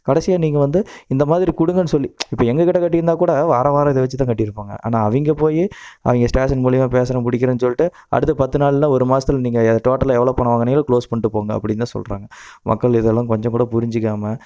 கடைசியாக நீங்கள் வந்து இந்த மாதிரி கொடுங்கன்னு சொல்லி இப்போ எங்கக்கிட்டே கட்டியிருந்தா கூட வாரம் வாரம் இதை வச்சு தான் கட்டியிருப்பாங்க ஆனால் அவங்க போய் அவங்க ஸ்டேஷன் மூலியமாக பேசுகிறேன் பிடிக்கிறேன்னு சொல்லிவிட்டு அடுத்த பத்து நாளில் ஒரு மாசத்தில் நீங்கள் டோட்டலாக எவ்வளோ பணம் வாங்குனிங்களோ க்ளோஸ் பண்ணிட்டு போங்கள் அப்படினு தான் சொல்கிறாங்க மக்கள் இதெல்லாம் கொஞ்சம் கூட புரிஞ்சுக்காம